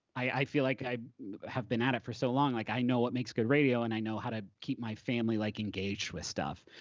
i feel like i have been at it for so long. like i know what makes good radio, and i know how to keep my family like engaged with stuff.